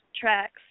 tracks